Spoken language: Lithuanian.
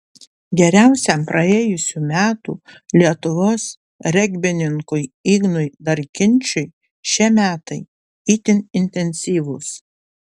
geriausiam praėjusių metų lietuvos regbininkui ignui darkinčiui šie metai itin intensyvūs